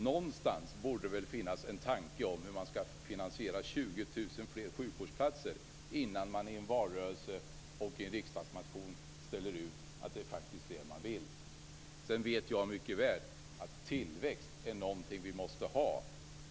Någonstans borde det väl finnas en tanke om hur man skall finansiera 20 000 fler sjukvårdsplatser innan man i en valrörelse och i en riksdagsmotion ställer ut att det är vad man vill ha. Sedan vet jag mycket väl att tillväxt är någonting vi måste ha.